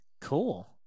Cool